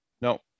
No